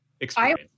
experience